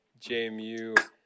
JMU